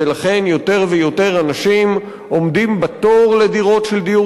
ולכן יותר ויותר אנשים עומדים בתור לדירות של דיור